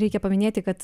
reikia paminėti kad